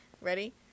ready